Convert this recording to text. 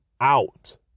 out